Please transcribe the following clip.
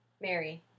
Mary